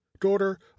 daughter